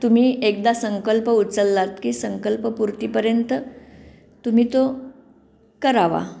तुम्ही एकदा संकल्प उचललात की संकल्पपूर्तीपर्यंत तुम्ही तो करावा